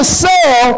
sell